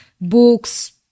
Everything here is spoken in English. books